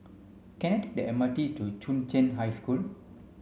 can I take the M R T to Chung Cheng High School